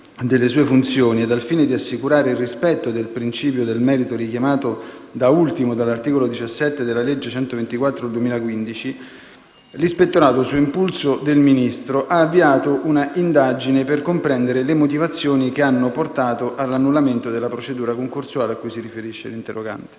delle sue funzioni ed al fine di assicurare il rispetto del principio del merito, richiamato da ultimo dall'articolo 17 della legge n. 124 del 2015, l'Ispettorato, su impulso del Ministro, ha avviato un'attività di indagine per comprendere le motivazioni che hanno portato all'annullamento della procedura concorsuale cui si riferisce l'interrogante.